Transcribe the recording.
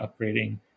upgrading